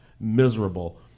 miserable